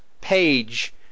page